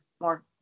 more